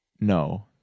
No